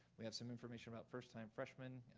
we have some information about first time freshmen,